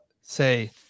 say